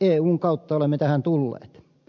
eun kautta olemme tähän tulleet